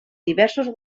diversos